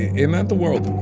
it meant the world